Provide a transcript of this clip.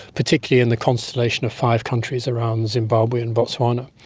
particularly in the constellation of five countries around zimbabwe and botswana.